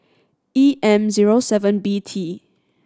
E M zero seven B T